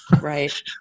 right